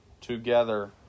together